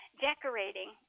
decorating